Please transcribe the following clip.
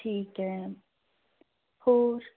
ਠੀਕ ਹੈ ਹੋਰ